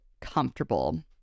comfortable